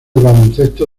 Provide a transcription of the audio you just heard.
baloncesto